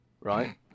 right